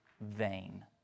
vain